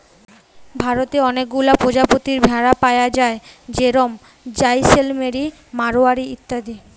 ভারতে অনেকগুলা প্রজাতির ভেড়া পায়া যায় যেরম জাইসেলমেরি, মাড়োয়ারি ইত্যাদি